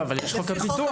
לא, אבל יש את חוק הפיקוח.